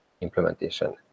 implementation